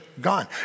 gone